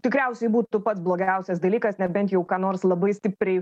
tikriausiai būtų pats blogiausias dalykas nebent jau ką nors labai stipriai